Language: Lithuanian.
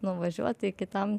nuvažiuot iki tam